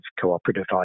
cooperative